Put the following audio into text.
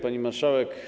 Pani Marszałek!